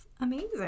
Amazing